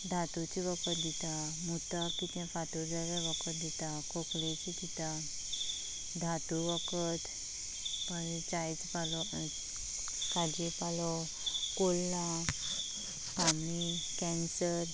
धातूचें वखद दिता मुताक कितें फातर जालो जाल्यार वखद दिता खोकलेचें दिता धातू वखद च्यायेचो पालो खाजये पालो कोडलां आनी कॅन्सर